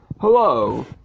Hello